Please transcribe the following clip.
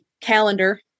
calendar